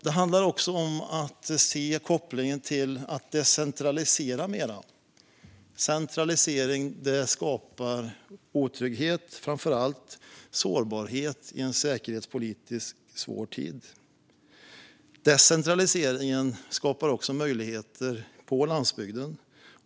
Det gäller också att se kopplingen till att decentralisera mer. Centralisering skapar otrygghet och sårbarhet i en säkerhetspolitiskt svår tid. Decentralisering skapar också möjligheter på landsbygden.